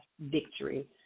victory